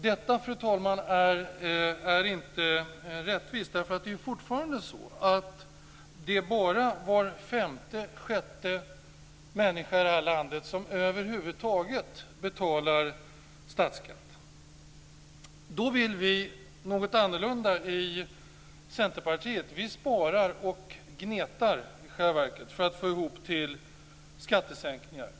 Detta, fru talman, är inte rättvist. Det är bara var femte till sjätte människa i det här landet som över huvud taget betalar statsskatt. Vi vill någonting annorlunda i Centerpartiet. Vi sparar och gnetar för att få ihop till skattesänkningar.